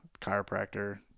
chiropractor